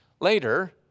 Later